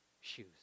shoes